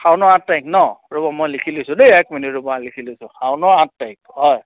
শাওণৰ আঠ তাৰিখ ন ৰ'ব মই লিখি লৈছোঁ দেই এক মিনিট ৰ'ব মই লিখি লৈছোঁ শাওণৰ আঠ তাৰিখ হয়